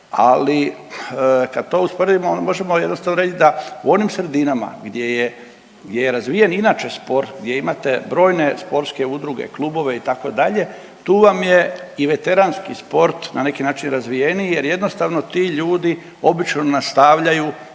ali kad to usporedimo onda možemo jednostavno reći da u onim sredinama gdje je, gdje je razvijen inače sport, gdje imate brojne sportske udruge klubove itd. tu vam je i veteranski sport na neki način razvijeniji jer jednostavno ti ljudi obično nastavljaju